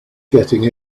getting